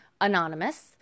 Anonymous